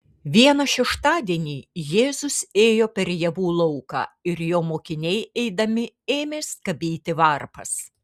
vieną šeštadienį jėzus ėjo per javų lauką ir jo mokiniai eidami ėmė skabyti varpas